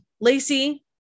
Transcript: Lacey